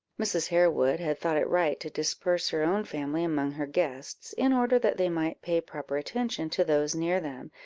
mrs. harewood had thought it right to disperse her own family among her guests, in order that they might pay proper attention to those near them,